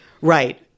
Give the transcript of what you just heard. Right